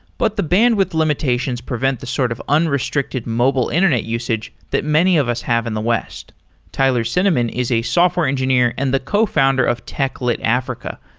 but the bandwidth limitations prevent the sort of unrestricted mobile internet usage that many of us have in the west tyler cinnamon is a software engineer and the co-founder of techlit africa,